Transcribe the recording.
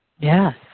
Yes